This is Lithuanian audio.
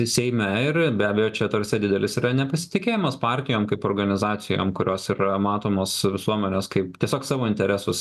seime ir be abejo čia tarsi didelis yra nepasitikėjimas partijom kaip organizacijom kurios yra matomos visuomenės kaip tiesiog savo interesus